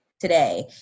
today